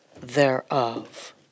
thereof